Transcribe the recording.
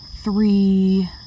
three